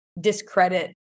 discredit